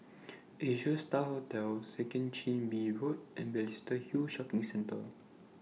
Asia STAR Hotel Second Chin Bee Road and Balestier Hill Shopping Centre